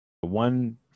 one